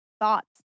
thoughts